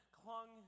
clung